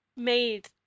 made